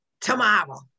tomorrow